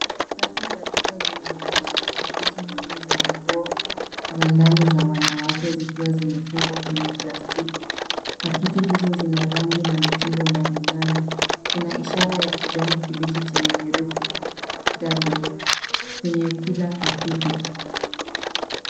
Rafu za duka zinaonyesha pakiti nyingi za nguo za ndani za wanawke zikiwa zimefungwa kwenye plastiki. Pakiti hizo zina rangi na mitindo mbalimbali. Kuna ishara ya kijani kibichi chenye herufi W kwenye kila pakiti.